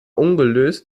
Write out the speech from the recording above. ungelöst